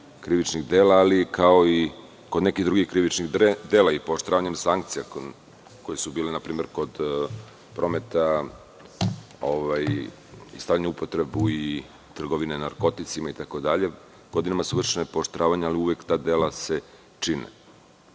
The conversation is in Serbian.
krivičnih dela, ali kao i kod nekih drugih krivičnih dela i pooštravanjem sankcija koje su bile npr. kod prometa i stavljanja u upotrebu i trgovine narkoticima itd, godinama su vršena pooštravanja, ali se uvek ta dela